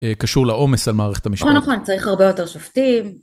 קשור לעומס על מערכת המשפט. נכון, נכון, צריך הרבה יותר שופטים.